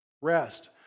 Rest